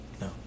No